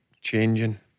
changing